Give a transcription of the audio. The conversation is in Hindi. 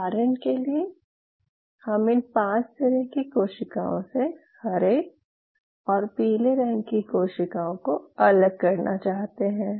उदाहरण के लिए हम इन पांच तरह की कोशिकाओं से हरे और पीले रंग की कोशिकाओं को अलग करना चाहते हैं